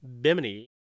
Bimini